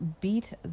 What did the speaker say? beat